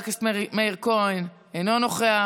חבר הכנסת מאיר כהן, אינו נוכח,